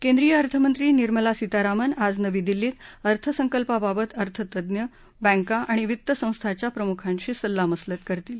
केंद्रीय अर्थमंत्री निर्मला सीतारामन आज नवी दिल्लीत अर्थसंकल्पाबाबत अर्थतज्ज्ञ बँका आणि वित्त संस्थांच्या प्रमुखांशी सल्लामसलत करतील